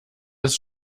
ist